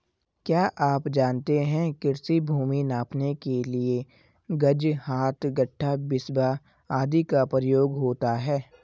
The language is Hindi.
क्या आप जानते है कृषि भूमि नापने के लिए गज, हाथ, गट्ठा, बिस्बा आदि का प्रयोग होता है?